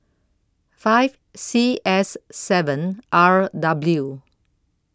five C S seven R W